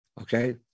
okay